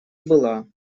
была